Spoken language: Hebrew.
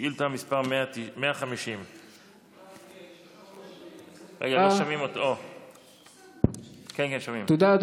שאילתה מס' 150. תודה,